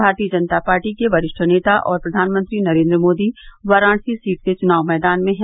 भारतीय जनता पार्टी के वरिष्ठ नेता और प्रधानमंत्री नरेन्द्र मोदी वाराणसी सीट से चुनाव मैदान में हैं